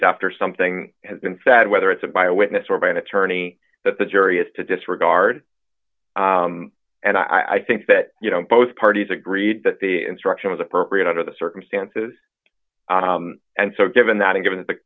after something has been said whether it's a by a witness or by an attorney that the jury has to disregard and i think that you know both parties agreed that the instruction was appropriate under the circumstances and so given that a given that the